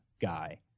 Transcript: guy